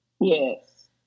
Yes